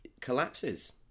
collapses